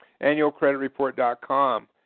annualcreditreport.com